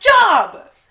job